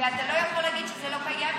אתה לא יכול להגיד שזה לא קיים,